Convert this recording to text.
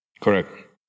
Correct